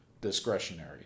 discretionary